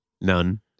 None